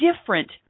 different